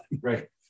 Right